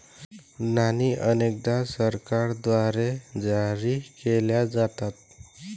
नाणी अनेकदा सरकारद्वारे जारी केल्या जातात